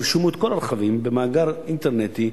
ירשמו את כל הרכבים במאגר אינטרנטי,